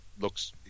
looks